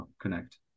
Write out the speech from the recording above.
connect